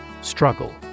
Struggle